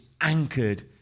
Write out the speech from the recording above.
anchored